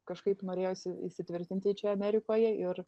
kažkaip norėjosi įsitvirtinti čia amerikoje ir